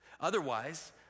Otherwise